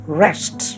rest